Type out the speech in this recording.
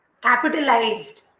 Capitalized